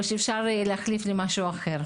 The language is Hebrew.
או שאפשר להחליף למשהו אחר.